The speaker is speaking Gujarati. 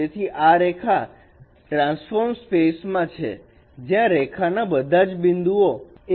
તેથી આ રેખા ટ્રાન્સફોર્મડ સ્પેસ માં છે જ્યાં રેખા ના બધા જ બિંદુ l પર આવેલા છે